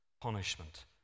punishment